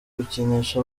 gukinisha